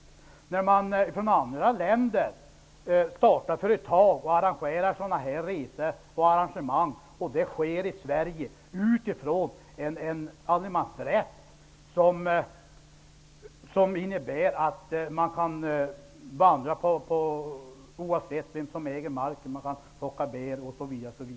Folk från andra länder kan starta företag och arrangera resor i Sverige med utnyttjande av allemansrätten, som innebär att man kan vandra var som helst oavsett vem om äger marken, plocka bär, osv.